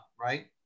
right